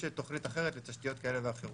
של תוכנית אחרת לתשתיות כאלה ואחרות.